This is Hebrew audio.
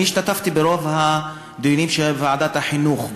אני השתתפתי ברוב הדיונים של ועדת החינוך,